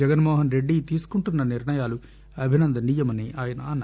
జగన్మోహన్రెడ్డి తీసుకుంటున్న నిర్ణయాలు అభినందనీయమని ఆయన అన్నారు